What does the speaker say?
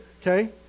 Okay